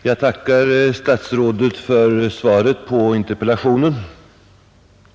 Herr talman! Jag tackar statsrådet för svaret på interpellationen.